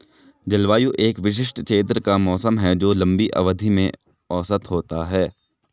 जलवायु एक विशिष्ट क्षेत्र का मौसम है जो लंबी अवधि में औसत होता है